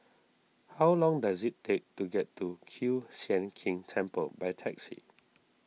how long does it take to get to Kiew Sian King Temple by taxi